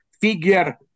figure